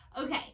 Okay